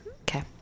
okay